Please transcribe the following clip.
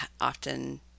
often